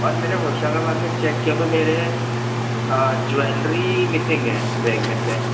और मैंने होशंगाबाद में चेक किया तो मेरे ज्वेलरी मिसिंग है बैग में से